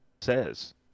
says